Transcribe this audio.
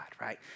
right